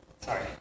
Sorry